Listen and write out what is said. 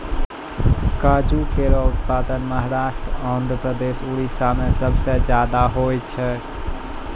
काजू केरो उत्पादन महाराष्ट्र, आंध्रप्रदेश, उड़ीसा में सबसे जादा होय छै